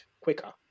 quicker